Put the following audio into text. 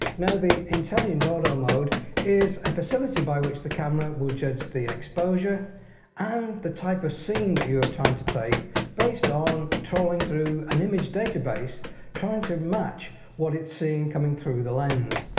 now the intelligent auto mode is a facility by which the camera will judge the exposure and um the type of scene that you are trying to take based on scrolling through an image database trying to match what it's seeing coming through the lens.